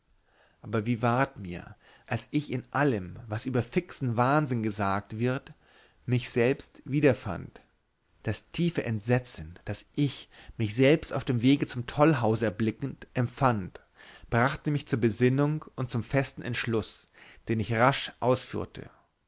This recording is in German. aber wie ward mir als ich in allem was über fixen wahnsinn gesagt wird mich selbst wiederfand das tiefe entsetzen das ich mich selbst auf dem wege zum tollhause erblickend empfand brachte mich zur besinnung und zum festen entschluß den ich rasch ausführte